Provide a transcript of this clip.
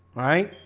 right?